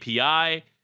API